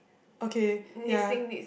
okay ya